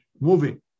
moving